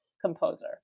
composer